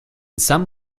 some